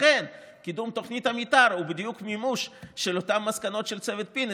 לכן קידום תוכנית המתאר הוא בדיוק מימוש של אותן מסקנות של צוות פינס,